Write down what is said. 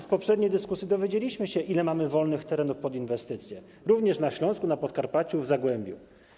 Z poprzedniej dyskusji dowiedzieliśmy się, ile mamy wolnych terenów pod inwestycje, również na Śląsku, na Podkarpaciu, w Zagłębiu.